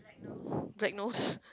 black nose